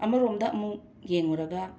ꯑꯃꯔꯣꯝꯗ ꯑꯃꯨꯛ ꯌꯦꯡꯂꯨꯔꯒ